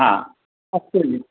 आ अस्तु जि